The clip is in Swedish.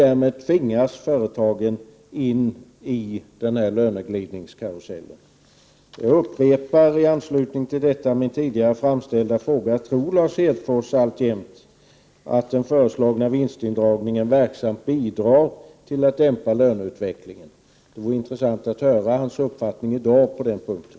Därmed tvingas företagen in i löneglidningskarusellen. Jag upprepar i anslutning till denna min tidigare framställda fråga: Tror Lars Hedfors alltjämt att den föreslagna vinstindragningen verksamt bidrar till att dämpa löneutvecklingen? Det vore intressant att höra hans uppfattning i dag på den punkten.